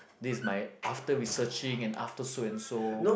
this is my after researching and after so and so